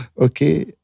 Okay